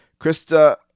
Krista